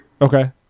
Okay